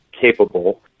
capable